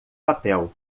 papel